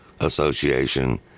Association